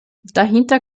dahinter